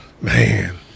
Man